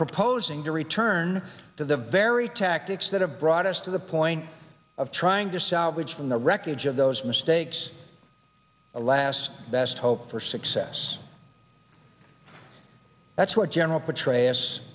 proposing to return to the very tactics that have brought us to the point of trying to salvage from the wreckage of those mistakes the last best hope for success that's what general petra